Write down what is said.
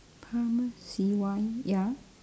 pharmacy Y ya